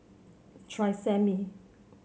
tresemme